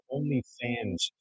OnlyFans